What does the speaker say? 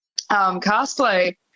cosplay